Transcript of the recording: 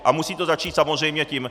A musí to začít samozřejmě tím.